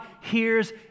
hears